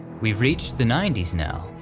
we've reached the ninety s now,